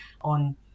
on